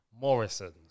Morrisons